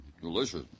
delicious